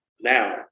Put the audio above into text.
now